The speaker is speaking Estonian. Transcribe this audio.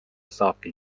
saabki